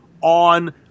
on